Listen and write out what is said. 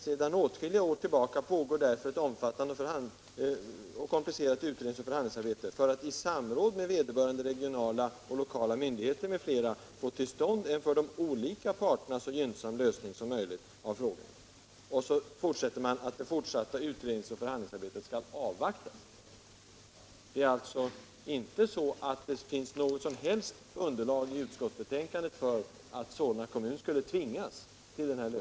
Sedan åtskilliga år tillbaka pågår därför ett omfattande och komplicerat utredningsoch förhandlingsarbete för att i samråd med vederbörande regionala och lokala myndigheter m.fl. få till stånd en för de olika parterna så gynnsam lösning som möjligt av frågorna.” Slutligen skrev utskottet att det fortsatta utredningsoch förhandlingsarbetet bör avvaktas. Det finns alltså inte något som helst underlag i utskottsbetänkandet för att Solna kommun skulle tvingas till denna lösning.